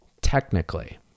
technically